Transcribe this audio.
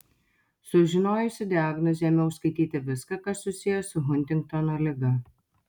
sužinojusi diagnozę ėmiau skaityti viską kas susiję su huntingtono liga